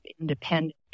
independent